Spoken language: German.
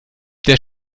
der